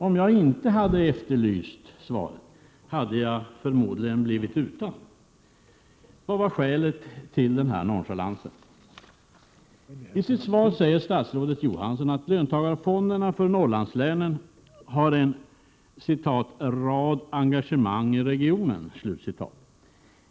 Om jag inte hade efterlyst svaret, hade jag förmodligen inte fått det. Vad var skälet till denna nonchalans? I sitt svar säger statsrådet Johansson att löntagarfonderna för Norrlandslänen har ”en rad regionala engagemang”.